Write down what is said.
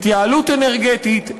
התייעלות אנרגטית,